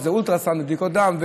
שזה אולטרסאונד ובדיקות דם,